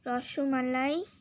rasmalai